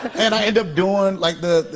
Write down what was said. and i end up doing and like the,